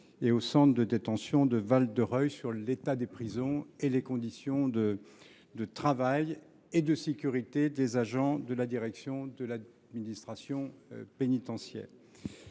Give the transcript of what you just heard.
et au centre de détention de Val de Reuil, sur l’état des prisons et les conditions de travail et de sécurité des agents de la direction de l’administration pénitentiaire